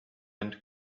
and